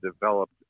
developed